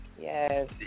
Yes